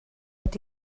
tot